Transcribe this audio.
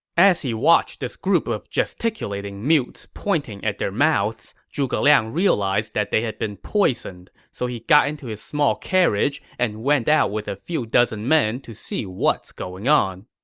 as he watched this group of gesticulating mutes pointing at their mouths, zhuge liang realized they had been poisoned, so he got into his small carriage and went out with a few dozen men to see what's going on.